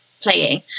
playing